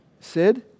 Sid